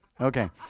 Okay